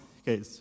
Okay